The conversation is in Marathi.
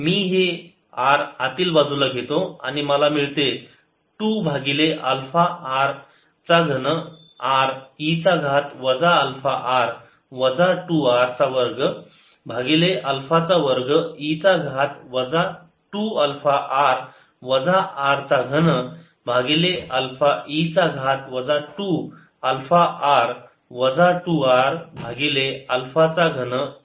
मी हे r आतील बाजूला घेतो आणि मला मिळते 2 भागिले अल्फा चा घन r e चा घात वजा अल्फा r वजा 2 r चा वर्ग भागिले अल्फा चा वर्ग e चा घात वजा 2 अल्फा r वजा r चा घन भागिले अल्फा e चा घात वजा 2 अल्फा r वजा 2 r भागिले अल्फा चा घन e चा घात वजा 2 अल्फा r d r हे 0 ते अनंत